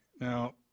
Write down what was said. Now